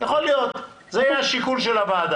יכול להיות, זה יהיה השיקול של הוועדה.